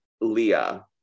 Leah